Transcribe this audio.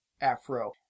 afro